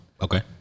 okay